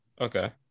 Okay